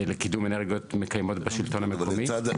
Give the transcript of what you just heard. לקידום אנרגיות מקיימות בשלטון המקומי.